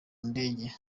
ndege